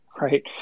right